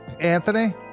Anthony